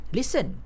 listen